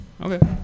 okay